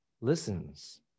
listens